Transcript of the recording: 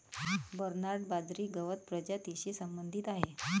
Bernard बाजरी गवत प्रजातीशी संबंधित आहे